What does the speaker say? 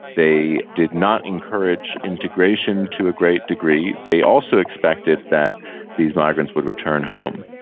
they did not encourage integration to a great degree. they also expected that these migrants would return home.